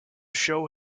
show